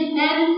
men